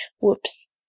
Whoops